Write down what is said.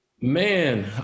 man